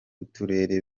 uturere